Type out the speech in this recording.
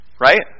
Right